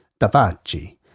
Davachi